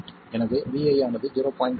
எனவே vi ஆனது 0